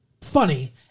Funny